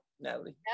Natalie